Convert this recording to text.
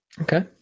Okay